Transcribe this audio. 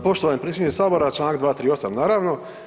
Poštovani predsjedniče sabora, čl. 238. naravno.